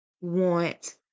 want